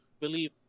believe